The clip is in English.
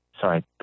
Sorry